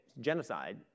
genocide